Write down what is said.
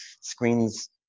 screens